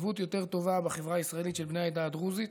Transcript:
השתלבות יותר טובה בחברה הישראלית של בני העדה הדרוזית.